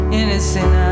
innocent